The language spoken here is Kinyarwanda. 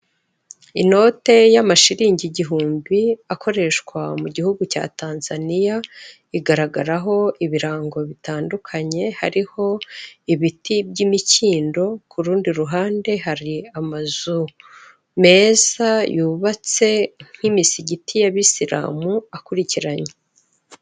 Inote y'amashilingi igihumbi akoreshwa mu gihugu cya Tanzania, igaragaraho ibirango bitandukanye, hariho ibiti by'imikindo ku rundi ruhande hari amazu meza yubatse nk'imisigiti y'abisilamu akurikiranye.